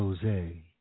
Jose